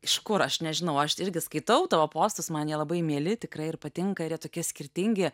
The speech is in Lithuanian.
iš kur aš nežinau aš irgi skaitau tavo postus man jie labai mieli tikrai ir patinka ir jie tokie skirtingi